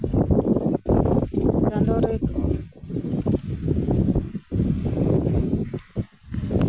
ᱪᱟᱸᱫᱚ ᱨᱮ